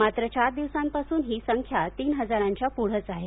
मात्र चार दिवसांपासून ही संख्या तीन हजारच्या पुढंच आहे